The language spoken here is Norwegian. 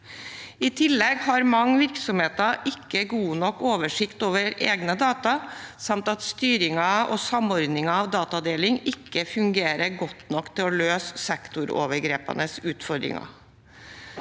I tillegg har mange virksomheter ikke god nok oversikt over egne data samt at styringen og samordningen av datadeling ikke fungerer godt nok til å løse sektorovergripende utfordringer.